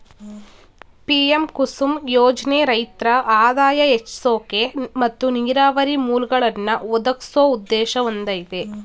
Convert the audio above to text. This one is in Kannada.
ಪಿ.ಎಂ ಕುಸುಮ್ ಯೋಜ್ನೆ ರೈತ್ರ ಆದಾಯ ಹೆಚ್ಸೋಕೆ ಮತ್ತು ನೀರಾವರಿ ಮೂಲ್ಗಳನ್ನಾ ಒದಗ್ಸೋ ಉದ್ದೇಶ ಹೊಂದಯ್ತೆ